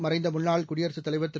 மறைந்த முன்னாள் குடியரசுத் தலைவர் திரு